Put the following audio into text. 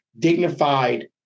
dignified